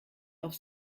auf